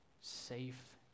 safe